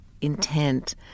intent